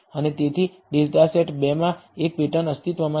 અને તેથી data set 2 માં એક પેટર્ન અસ્તિત્વમાં છે